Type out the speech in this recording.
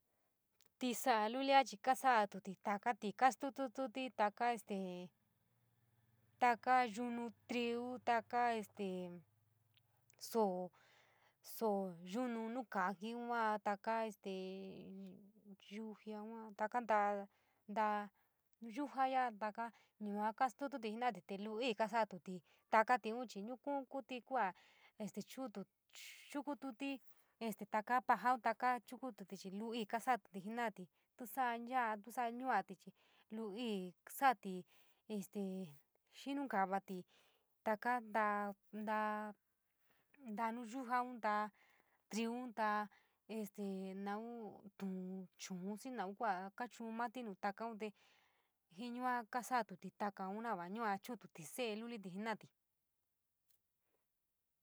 Tisáá lulio chií kaasotúút takuí kasatúút taku, este taka yunu tirú, totoo erda taka soo, soo yunu nukojunu yua taka te, yojaa yua taka ntan, ntalo nuyuja yua taka yua te. Yojaa te luli ini kasatúút jenadé te luli ini kasatúút jenadé te luli ini kasatúút takedún chií ñu koon kiíti kua churút, chukutút taka poja, takaá chukutút chií luli kasatúút jenadé, ñu saayoo yalao, ñu saayoo chií luli kasatúút jenadé ñu rion koyó, taka jola yuolt chií luli ñuoyújaa, ñtoo tirún, ñtoo este ñtoo tirá, ñtoo ñuoyúja, ñtoo ñuun, ñtoo este ñuun ñtun chiún xii naun kua koa chuun moto ñuu naun ñtun chiún xii naun kua koa chuun moto ñuu takaun te jit yua kasatúút takaun na vua yua chukutút saeit luliút jonaeté.